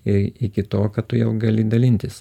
i iki to kad tu jau gali dalintis